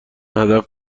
هدف